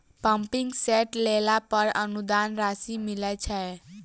Pumping set लेला पर अनुदान राशि मिलय छैय?